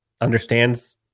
understands